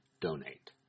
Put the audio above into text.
donate